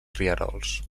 rierols